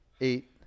eight